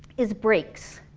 is brakes.